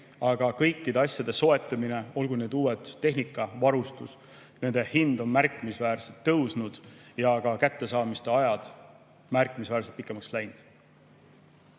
Aga kõikide asjade soetamine, olgu see uus tehnika, varustus – nende hind on märkimisväärselt tõusnud ja ka kättesaamisajad on märkimisväärselt pikemaks läinud.